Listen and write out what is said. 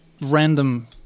random